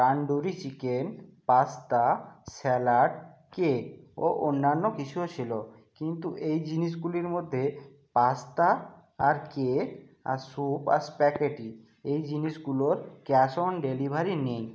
tandoori chicken pasta salad cake ও অন্যান্য কিছুও ছিলো কিন্তু এই জিনিসগুলির মধ্যে পাস্তা আর কেক আর স্যুপ আর স্পাগেটি এই জিনিসগুলোর ক্যাশ অন ডেলিভারি নেই